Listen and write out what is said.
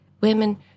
women